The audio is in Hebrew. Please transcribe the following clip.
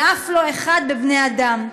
ואף לא אחד בבני אדם.